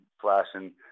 flashing